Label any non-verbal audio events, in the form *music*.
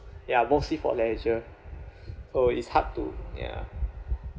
ya mostly for leisure *breath* oh it's hard to ya